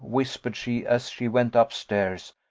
whispered she, as she went up stairs,